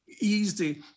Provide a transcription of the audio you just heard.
easy